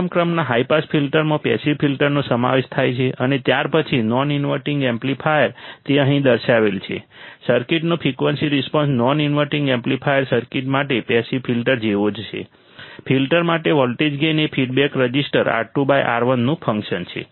પ્રથમ ક્રમના high pass ફિલ્ટરમાં પેસિવ ફિલ્ટરનો સમાવેશ થાય છે અને ત્યાર પછી નોન ઇન્વર્ટિંગ એમ્પ્લીફાયર તે અહીં દર્શાવેલ છે સર્કિટનો frequency response non inverting amplifier circuit માટે પેસિવ ફિલ્ટર જેવો જ છે ફિલ્ટર માટે વોલ્ટેજ ગેઇન એ ફીડબેક રઝિસ્ટર R2 R1 નું ફંકશન છે